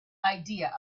idea